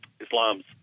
Islam's